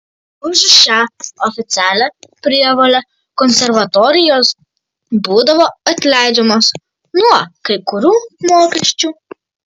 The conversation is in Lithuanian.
už šią oficialią prievolę konservatorijos būdavo atleidžiamos nuo kai kurių mokesčių